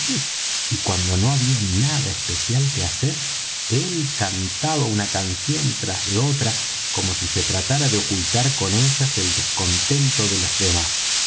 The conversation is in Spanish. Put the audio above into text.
y cuando no había nada especial que hacer él cantaba una canción tras de otra como si tratara de ocultar con ellas el descontento de los demás